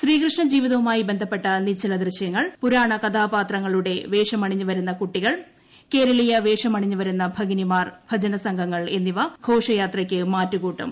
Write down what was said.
ശ്രീകൃഷ്ണജീവിതവുമായി ബന്ധപ്പെട്ട നിശ്ചല ദൃശ്യങ്ങൾ പുരാണകഥാപാത്രങ്ങളുടെ വേഷമണിഞ്ഞ് വരുന്ന കുട്ടികൾ കേരളീയ വേഷമണിഞ്ഞ് വരുന്ന ഭഗിനിമാർ ഭജനസംഘങ്ങൾ എന്നിവ ഘോഷയാത്രയ്ക്ക് മാറ്റ് കൂട്ടും